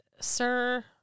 sir